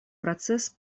процесс